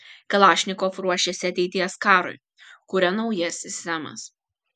kalašnikov ruošiasi ateities karui kuria naujas sistemas